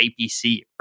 APC